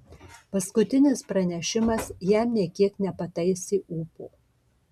paskutinis pranešimas jam nė kiek nepataisė ūpo